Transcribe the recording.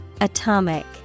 Atomic